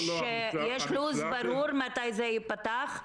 יש לו"ז ברור מתי זה ייפתח?